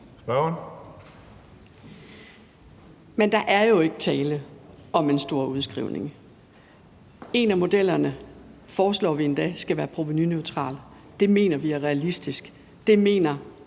Der er jo ikke tale om en stor udskrivning. En af modellerne foreslår vi endda skal være provenuneutral. Det mener vi er realistisk. Det mener